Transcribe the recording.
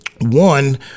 One